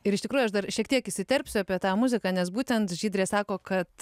ir iš tikrųjų aš dar šiek tiek įsiterpsiu apie tą muziką nes būtent žydrė sako kad